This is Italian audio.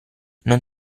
non